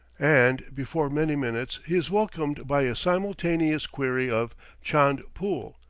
and before many minutes he is welcomed by a simultaneous query of chand pool?